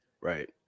Right